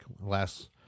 Last